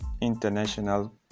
international